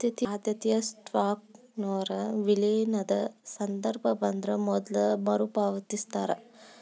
ಆದ್ಯತೆಯ ಸ್ಟಾಕ್ನೊರ ವಿಲೇನದ ಸಂದರ್ಭ ಬಂದ್ರ ಮೊದ್ಲ ಮರುಪಾವತಿಸ್ತಾರ